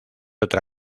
otra